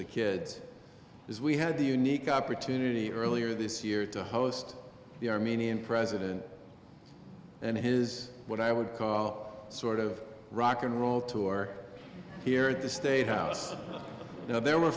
the kids is we had the unique opportunity earlier this year to host the armenian president and his what i would call sort of rock and roll tour here at the state house you know there